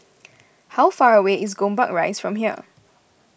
how far away is Gombak Rise from here